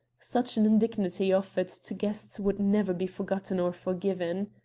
such an indignity offered to guests would never be forgotten or forgiven.